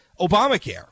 Obamacare